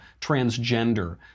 transgender